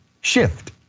shift